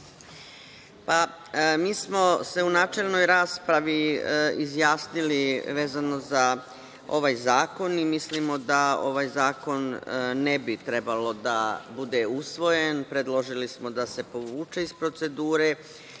Mi smo se u načelnoj raspravi izjasnili vezano za ovaj zakon i mislimo da ovaj zakon ne bi trebao da bude usvojen. Predložili smo da se povuče iz procedure,